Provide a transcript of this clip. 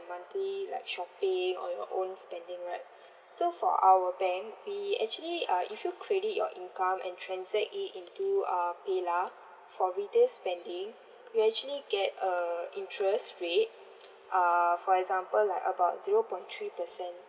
monthly like shopping or your own spending right so for our bank we actually uh if you credit your income and transact it into uh PayLah for retail spending you actually get a interest rate uh for example like about zero point three percent